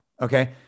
Okay